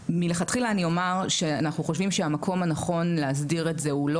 מלכתחילה אני אומר שאנחנו חושבים שהמקום הנכון להסדיר את זה הוא לא